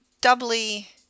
doubly